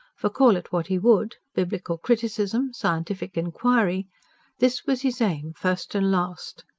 for, call it what he would biblical criticism, scientific inquiry this was his aim first and last.